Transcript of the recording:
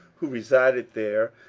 who resided there,